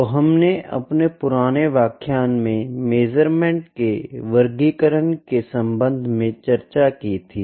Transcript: तो हमने आपने पुराने व्याख्यान में मेज़रमेंट के वर्गीकरण के संबंध में चर्चा की थी